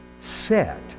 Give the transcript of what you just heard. set